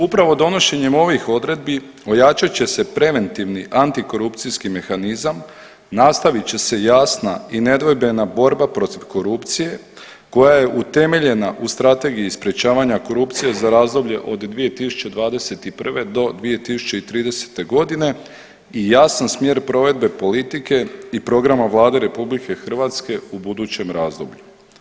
Upravo donošenjem ovih odredbi ojačat će se preventivni antikorupcijski mehanizam, nastavit će se jasna i nedvojbena borba protiv korupcije koja je utemeljena u Strategiji sprječavanja korupcije za razdoblje od 2021. do 2030. godine i jasan smjer provedbe politike i programa Vlade RH u budućem razdoblju.